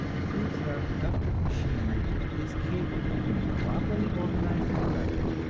it proves that our productive machinery is capable, when properly organized and directed,